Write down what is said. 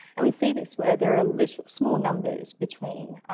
and we see this where there are little small numbers between.